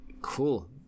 Cool